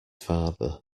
father